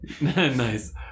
Nice